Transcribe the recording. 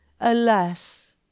Alas